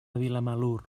vilamalur